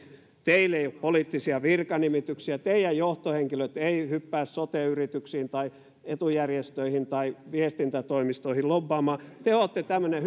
ei ole poliittisia virkanimityksiä teidän johtohenkilöt eivät hyppää sote yrityksiin tai etujärjestöihin tai viestintätoimistoihin lobbaamaan te olette tämmöinen